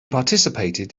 participated